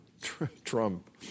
Trump